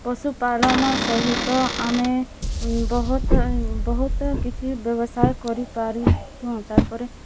ପଶୁ ପାଳନ ସହିତ ଆମେ ବହୁତ ବହୁତ କିଛି ବ୍ୟବସାୟ କରିପାରିଛୁଁ ତା'ର୍ପରେ